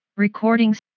recordings